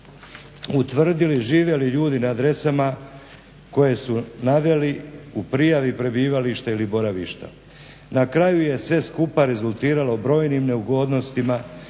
utvrdili žive li ljudi na adresama koje su naveli u prijavi prebivališta ili boravišta. Na kraju je sve skupa rezultiralo brojnim neugodnostima